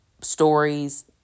stories